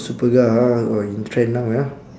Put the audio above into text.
superga ah oh in trend now ah